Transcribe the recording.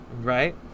right